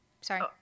sorry